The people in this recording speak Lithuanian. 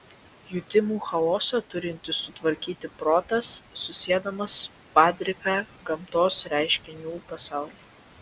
jutimų chaosą turintis sutvarkyti protas susiedamas padriką gamtos reiškinių pasaulį